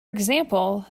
example